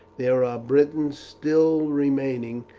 there are britons still remaining,